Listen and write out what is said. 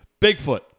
Bigfoot